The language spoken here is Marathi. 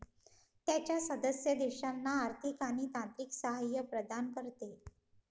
त्याच्या सदस्य देशांना आर्थिक आणि तांत्रिक सहाय्य प्रदान करते